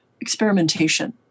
experimentation